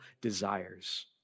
desires